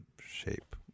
shape